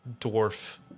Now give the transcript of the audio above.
dwarf